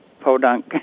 podunk